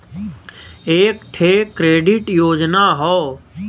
एक ठे क्रेडिट योजना हौ